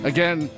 Again